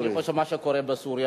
אני חושב שמה שקורה בסוריה,